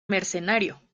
mercenario